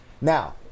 Now